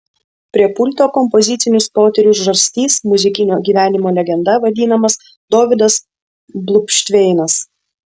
prie pulto kompozicinius potyrius žarstys muzikinio gyvenimo legenda vadinamas dovydas bluvšteinas